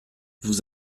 vous